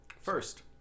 first